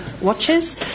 watches